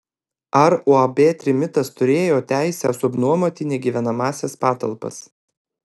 ar uab trimitas turėjo teisę subnuomoti negyvenamąsias patalpas